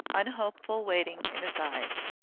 unhopeful waiting in his eyes.